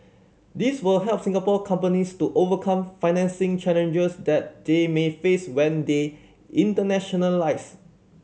these will help Singapore companies to overcome financing challenges that they may face when they internationalise